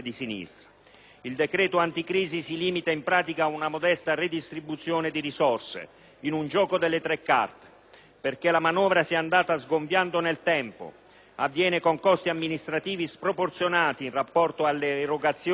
Il decreto anticrisi si limita, in pratica, ad una modesta redistribuzione di risorse in un gioco delle tre carte, perché la manovra si è andata sgonfiando nel tempo, la stessa comporta costi amministrativi sproporzionati in rapporto alle erogazioni e ai